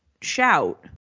shout